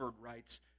writes